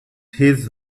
his